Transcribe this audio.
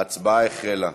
ההצבעה החלה.